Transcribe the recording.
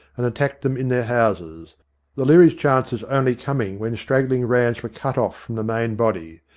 and attacked them in their houses the learys' chances only coming when straggling ranns were cut off from the main body.